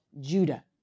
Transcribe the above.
Judah